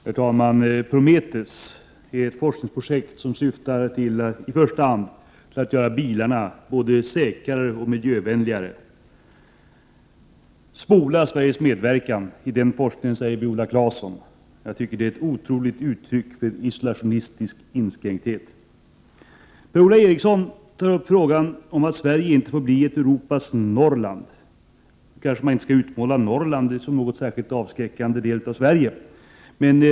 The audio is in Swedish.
Herr talman! Prometheus är ett forskningsprojekt som i första hand syftar till att göra bilarna både säkrare och miljövänligare. Spola Sveriges medverkan i den forskningen, säger Viola Claesson. Jag tycker att det är ett otroligt uttryck för isolationistisk inskränkthet. Per-Ola Eriksson tog upp frågan om att Sverige inte får bli ett Europas Norrland. Nu kanske man inte skall utmåla Norrland som en särskilt avskräckande del av Sverige.